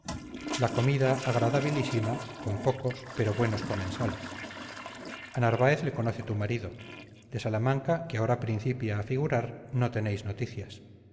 la comida agradabilísima con pocos pero buenos comensales a narváez le conoce tu marido de salamanca que ahora principia a figurar no tenéis noticias